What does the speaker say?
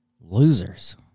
Losers